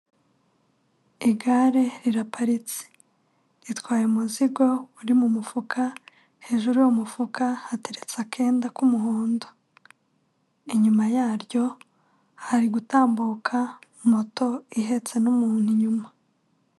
Igare riraparitse, ritwaye umuzingo uri mu mufuka, hejuru y'uwo mufuka hateretse akenda k'umuhondo, inyuma yaryo hari gutambuka moto ihetse n'umuntu inyuma.